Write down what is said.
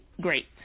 great